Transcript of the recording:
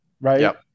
right